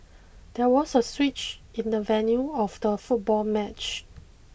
there was a switch in the venue of the football match